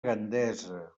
gandesa